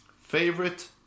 favorite